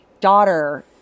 daughter